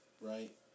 right